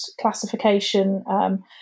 classification